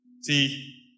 See